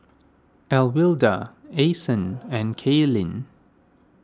Alwilda Ason and Cailyn